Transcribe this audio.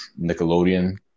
Nickelodeon